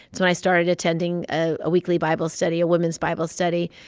it's when i started attending a weekly bible study, a women's bible study,